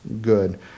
good